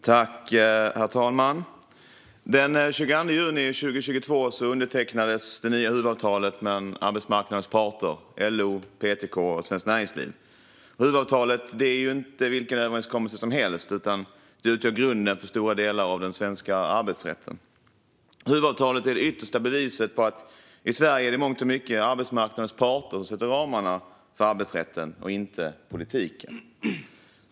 Herr talman! Den 22 juni 2022 undertecknades det nya huvudavtalet mellan arbetsmarknadens parter - LO, PTK och Svenskt Näringsliv. Huvudavtalet är inte vilken överenskommelse som helst. Det utgör grunden för stora delar av den svenska arbetsrätten. Huvudavtalet är det yttersta beviset på att det i Sverige i mångt och mycket är arbetsmarknadens parter och inte politiken som sätter ramarna för arbetsrätten.